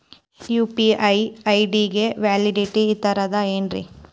UPI ID ಗೆ validity ಇರತದ ಏನ್ರಿ?